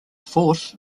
force